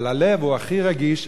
אבל הלב הוא הכי רגיש,